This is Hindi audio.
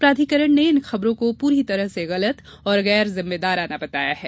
प्राधिकरण ने इन खबरों को पूरी तरह से गलत और गैर जिम्मेदाराना बताया है